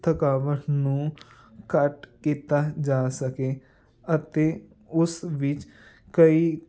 ਥਕਾਵਟ ਨੂੰ ਘੱਟ ਕੀਤਾ ਜਾ ਸਕੇ ਅਤੇ ਉਸ ਵਿੱਚ ਕਈ